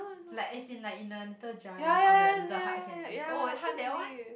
like as in like in a little jar then like all the little hard candy oh actually that one